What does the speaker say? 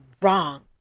wrong